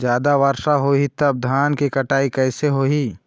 जादा वर्षा होही तब धान के कटाई कैसे होही?